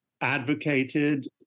advocated